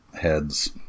heads